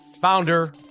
founder